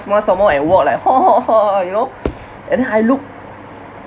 smile some more and walk like [ho] [ho] hor you know and then I look